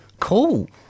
cool